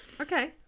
Okay